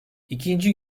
i̇kinci